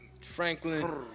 Franklin